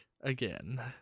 again